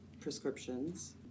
prescriptions